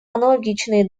аналогичные